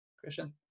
Christian